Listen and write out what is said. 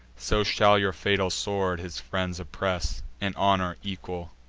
so shall your fatal sword his friends oppress, in honor equal,